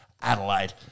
Adelaide